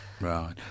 Right